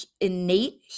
innate